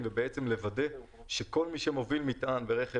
אבל ידענו שתפסת מרובה,